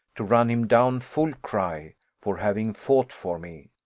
to run him down full cry, for having fought for me.